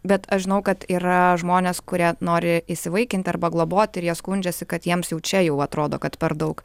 bet aš žinau kad yra žmonės kurie nori įsivaikint arba globot ir jie skundžiasi kad jiems jau čia jau atrodo kad per daug